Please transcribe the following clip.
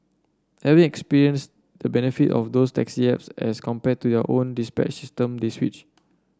having experienced the benefit of those taxi apps as compared to your own dispatch system they switch